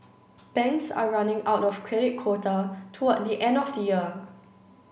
banks are running out of credit quota toward the end of the year